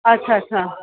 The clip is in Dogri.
अच्छा अच्छा